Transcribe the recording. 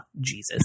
Jesus